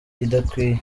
idakwiye